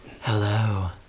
hello